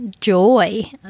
joy